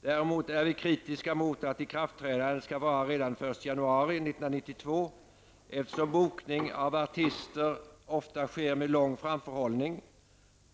Däremot är vi kritiska mot att de nya reglerna skall träda i kraft redan den 1 januari 1992, eftersom bokning av artister ofta sker med lång framförhållning.